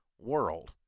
world